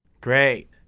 Great